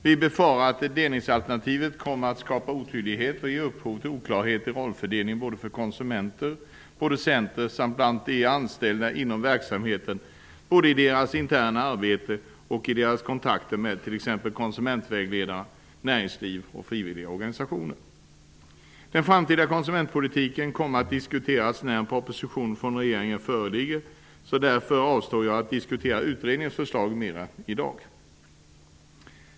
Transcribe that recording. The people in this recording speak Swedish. Vi befarar att delningsalternativet kommer att skapa otydlighet och ge upphov till oklarheter i rollfördelningen både för konsumenter och producenter samt bland de anställda inom verksamheten både i deras interna arbete och i deras kontakter med t.ex. Den framtida konsumentpolitiken kommer att diskuteras, när en proposition från regeringen föreligger. Därför avstår jag från att diskutera utredningens förslag mer i dag.